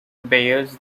bears